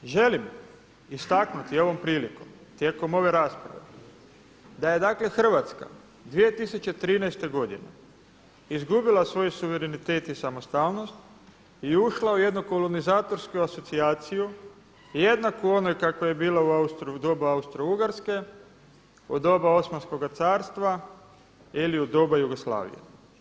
Želim istaknuti ovom prilikom, tijekom ove rasprave da je dakle Hrvatska 2013. godine izgubila svoj suverenitet i samostalnost i ušla u jedan kolonizatorsku asocijaciju jednaku onoj kakav je bila u doba Austro-ugarske od doba Omanskog carstva ili u doba Jugoslavije.